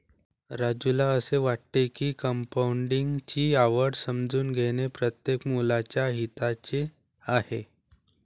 राजूला असे वाटते की कंपाऊंडिंग ची आवड समजून घेणे प्रत्येक मुलाच्या हिताचे आहे